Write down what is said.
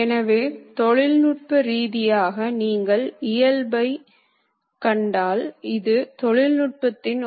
எனவே அவைகள் சரியான தருணங்களில் இயக்கத்தை தொடங்கி நிறுத்த வேண்டும்